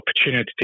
opportunity